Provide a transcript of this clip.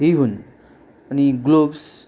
यी हुन् अनि ग्लब्स्